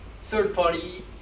third-party